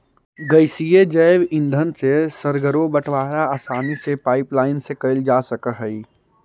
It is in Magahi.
गैसीय जैव ईंधन से सर्गरो बटवारा आसानी से पाइपलाईन से कैल जा सकऽ हई